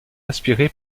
inspiré